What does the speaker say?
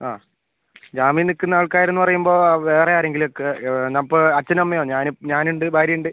ആ ജാമ്യം നിൽക്കുന്ന ആൾക്കാരെന്ന് പറയുമ്പോൾ വേറെ ആരെങ്കിലും ഒക്കെ അപ്പം അച്ഛൻ അമ്മയോ ഞാനും ഞാൻ ഉണ്ട് ഭാര്യ ഉണ്ട്